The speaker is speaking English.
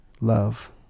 love